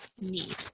need